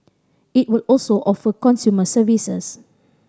it will also offer consumer services